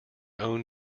own